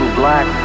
black